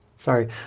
Sorry